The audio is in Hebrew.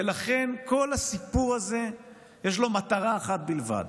ולכן לכל לסיפור הזה יש מטרה אחת בלבד: